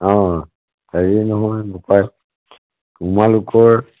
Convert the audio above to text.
অঁ হেৰি নহয় বোপাই তোমালোকৰ